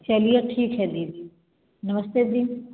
चलिए ठीक है दी नमस्ते दी